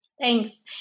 Thanks